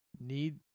need